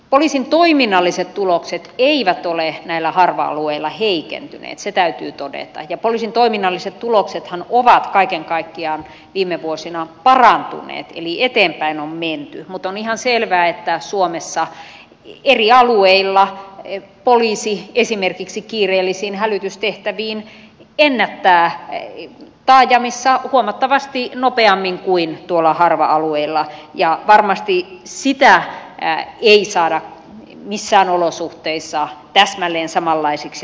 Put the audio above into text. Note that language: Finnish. poliisin toiminnalliset tulokset eivät ole näillä harva alueilla heikentyneet se täytyy todeta ja poliisin toiminnalliset tuloksethan ovat kaiken kaikkiaan viime vuosina parantuneet eli eteenpäin on menty mutta on ihan selvää että suomessa eri alueilla poliisi esimerkiksi kiireellisiin hälytystehtäviin ennättää taajamissa huomattavasti nopeammin kuin harva alueilla ja varmasti näitä aikoja ei saada missään olosuhteissa täsmälleen samanlaisiksi